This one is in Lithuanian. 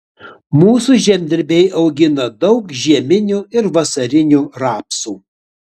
mūsų žemdirbiai augina daug žieminių ir vasarinių rapsų